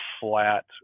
flat